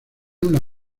una